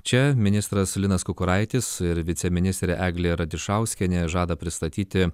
čia ministras linas kukuraitis ir viceministrė eglė radišauskienė žada pristatyti